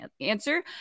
answer